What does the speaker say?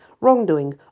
wrongdoing